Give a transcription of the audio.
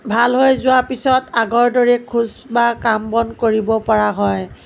ভাল হৈ যোৱাৰ পিছত আগৰদৰে খোজ বা কাম বন কৰিব পৰা হয়